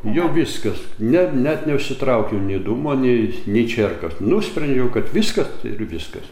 jau viskas ne net neužsitraukiau nei dūmo nei nei čierkas nusprendžiau kad viska ir viskas